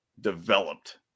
developed